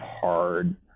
hard